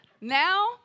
Now